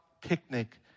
picnic